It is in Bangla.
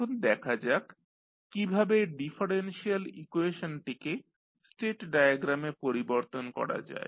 এখন দেখা যাক কীভাবে ডিফারেন্সিয়াল ইকুয়েশনটিকে স্টেট ডায়াগ্রামে পরিবর্তন করা যায়